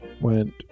went